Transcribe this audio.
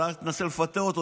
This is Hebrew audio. אבל אז תנסה לפטר אותו,